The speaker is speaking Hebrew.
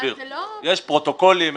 יש פרוטוקולים,